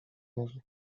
mógł